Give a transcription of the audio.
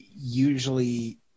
usually